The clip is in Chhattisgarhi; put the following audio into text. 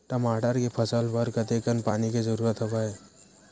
टमाटर के फसल बर कतेकन पानी के जरूरत हवय?